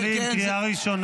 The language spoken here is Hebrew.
חבר הכנסת שקלים, קריאה ראשונה.